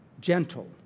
gentle